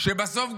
כשבסוף,